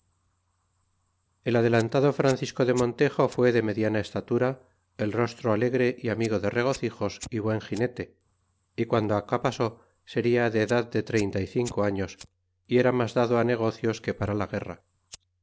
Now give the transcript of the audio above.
el adelantado francisco de montejo fué de mediana estatura el rostro alegre y amigo de regocijos e buen ginete guando acá pasó seria de edad de treinta y cinco años y era mas dado a negocios que para la guerra